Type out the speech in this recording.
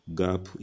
gap